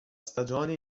stagione